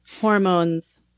hormones